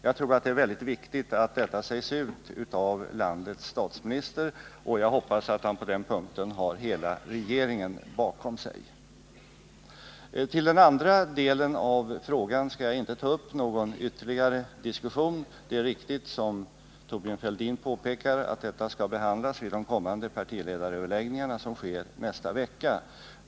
Jag tror det är väldigt viktigt att detta sägs ut av landets statsminister, och jag hoppas att han på den punkten har hela regeringen bakom sig. Vad gäller den andra delen av frågan skall jag inte ta upp någon ytterligare diskussion. Det är riktigt, som Thorbjörn Fälldin påpekar, att detta skall behandlas vid de kommande partiledaröverläggningarna som sker nästa vecka.